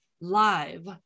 live